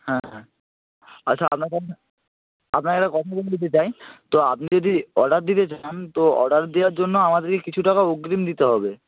হ্যাঁ হ্যাঁ আচ্ছা আপনাকে আপনাকে একটা কথা বলে দিতে চাই তো আপনি যদি অর্ডার দিতে চান তো অর্ডার দেওয়ার জন্য আমাদেরকে কিছু টাকা অগ্রিম দিতে হবে